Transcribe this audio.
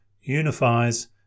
unifies